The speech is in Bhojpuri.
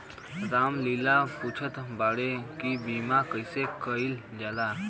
राम लाल पुछत बाड़े की बीमा कैसे कईल जाला?